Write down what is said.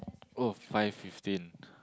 oh five fifteen